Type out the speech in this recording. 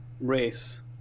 race